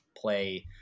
play